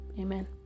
amen